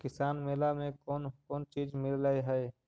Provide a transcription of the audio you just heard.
किसान मेला मे कोन कोन चिज मिलै है?